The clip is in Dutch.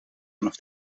vanaf